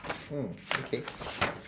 mm okay